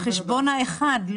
מהחשבון האחד.